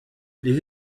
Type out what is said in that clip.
les